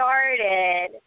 Started